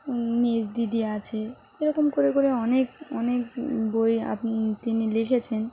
মেজদিদি আছে এরকম করে করে অনেক অনেক বই আপনি তিনি লিখেছেন